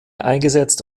eingesetzt